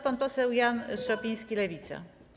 Pan poseł Jan Szopiński, Lewica.